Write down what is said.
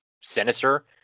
Sinister